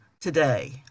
today